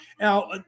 Now